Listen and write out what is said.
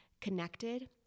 connected